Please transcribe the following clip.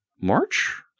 March